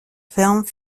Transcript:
ferme